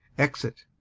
exit